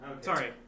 Sorry